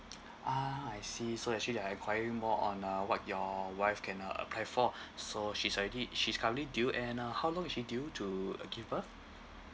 ah I see so you actually are enquiring more on uh what your wife can uh apply for so she's already she's currently due and uh how long is she due to uh give birth